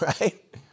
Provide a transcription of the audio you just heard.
right